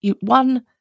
one